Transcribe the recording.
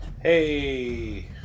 Hey